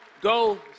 go